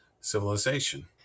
civilization